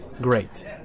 Great